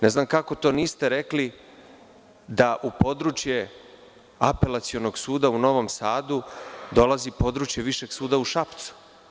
Ne znam kako to niste rekli da u područje Apelacionog suda u Novom Sadu, dolazi područje Višeg suda u Šapcu.